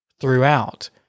throughout